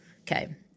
Okay